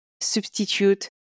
substitute